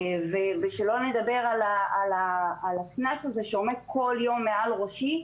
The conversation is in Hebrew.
שלא נדבר על הקנס הזה שעומד כל יום על ראשי.